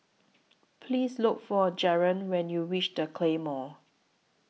Please Look For Jaren when YOU REACH The Claymore